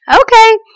Okay